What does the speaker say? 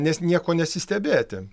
nes niekuo nesistebėti